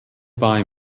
buy